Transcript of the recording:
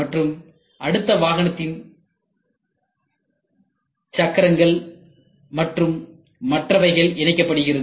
மற்றும் அடுத்து வாகனத்தின் சக்கரங்கள் மற்றும் மற்றவைகள் இணைக்கப்படுகின்றது